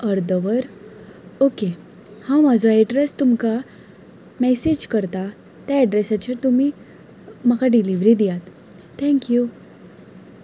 अर्द वर ओके हांव म्हजो ऍड्रेस तुमकां मॅसेज करतां त्या ऍड्रेसाचेर तुमी म्हाका डिलिव्हरी दियात थँक यू